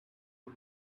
for